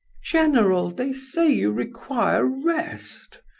general, they say you require rest,